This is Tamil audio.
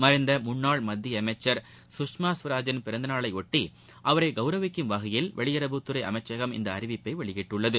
மறைந்த முன்னாள் மத்திய அமைச்சர் சுஷ்மா ஸ்வராஜின் பிறந்த நாளையொட்டி அவரை கௌரவிக்கும் வகையில் வெளியுறவுத்துறை அமைச்சகம் இந்த அறிவிப்பை வெளியிட்டுள்ளது